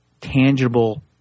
tangible